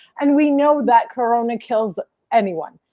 and we know that corona kills anyone,